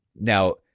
now